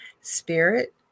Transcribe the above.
spirit